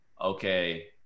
okay